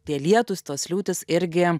tie lietūs tos liūtys irgi